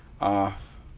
off